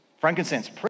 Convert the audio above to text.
Frankincense